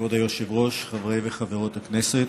כבוד היושב-ראש, חברי וחברות הכנסת,